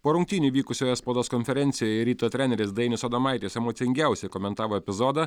po rungtynių vykusioje spaudos konferencijoje ryto treneris dainius adomaitis emocingiausiai komentavo epizodą